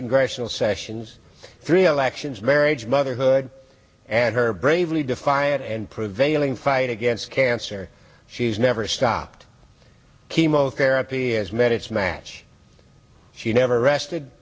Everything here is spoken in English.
congressional sessions free elections marriage motherhood and her bravely defiant and prevailing fight against cancer she's never stopped chemotherapy has met its match she never rested